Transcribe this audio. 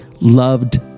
loved